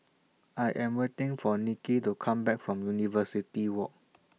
I Am waiting For Niki to Come Back from University Walk